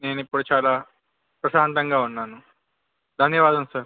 నేను ఇప్పుడు చాలా ప్రశాంతంగా ఉన్నాను ధన్యవాదం సార్